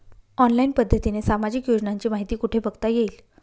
Online पद्धतीने सामाजिक योजनांची माहिती कुठे बघता येईल?